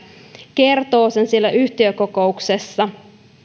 kertoo sen siellä yhtiökokouksessa